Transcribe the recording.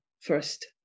first